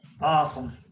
awesome